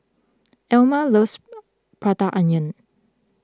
Ilma loves Prata Onion